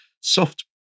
soft